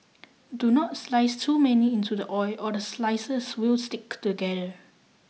do not slice too many into the oil or the slices will stick together